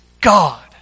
God